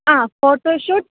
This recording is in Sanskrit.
आ फ़ोटोशूट्